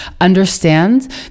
understand